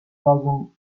dozen